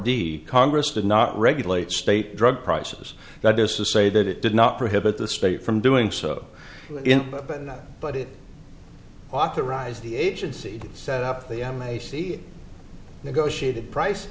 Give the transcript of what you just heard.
d congress did not regulate state drug prices that is to say that it did not prohibit the state from doing so but it authorized the agency to set up the m h c negotiated price